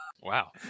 Wow